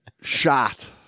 shot